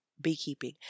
beekeeping